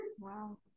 Wow